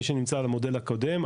מי שנמצא על המודל הקודם,